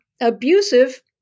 abusive